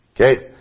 Okay